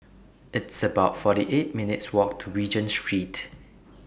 It's about forty eight minutes' Walk to Regent Street